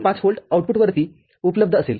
५ volt आउटपुटवरती उपलब्ध असेल